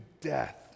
death